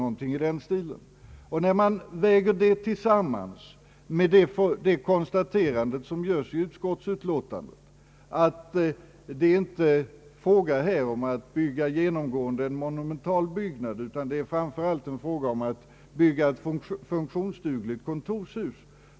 Vi kan väga allt detta tillsammans med det konstaterande som görs i utskottsutlåtandet, att det här inte är fråga om att uppföra en monoumentalbyggnad utan framför allt om att bygga ett funktionsdugligt kontorshus.